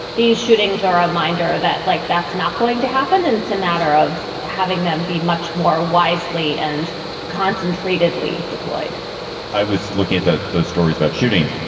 these shootings are a reminder that like that's not going to happen in a matter of having them be much more wisely and concentrated. lee deployed i was looking at the the stories about shootings.